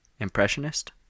Impressionist